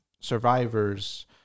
survivors